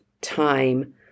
time